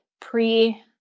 pre-